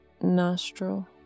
nostril